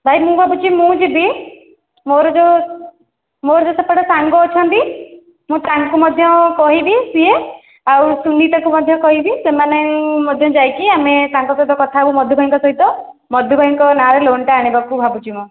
ଭାଇ ମୁଁ ଭାବୁଛି ମୁଁ ଯିବି ମୋର ଯେଉଁ ମୋର ଯେଉଁ ସେପଟେ ସାଙ୍ଗ ଅଛନ୍ତି ମୁଁ ତାଙ୍କୁ ମଧ୍ୟ କହିବି ସେ ଆଉ ସୁମିତାକୁ ମଧ୍ୟ କହିବି ସେମାନେ ମଧ୍ୟ ଯାଇକି ଆମେ ତାଙ୍କ ସହିତ କଥା ହେବୁ ମଧୁ ଭାଇଙ୍କ ସହିତ ମଧୁ ଭାଇଙ୍କ ନାଁରେ ଲୋନ୍ଟା ଆଣିବାକୁ ଭାବୁଛି ମୁଁ